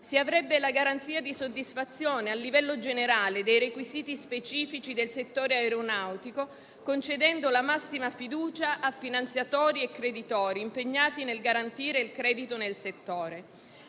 Si avrebbe la garanzia di soddisfazione a livello generale dei requisiti specifici del settore aeronautico concedendo la massima fiducia a finanziatori e creditori impegnati nel garantire il credito nel settore.